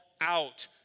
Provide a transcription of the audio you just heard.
out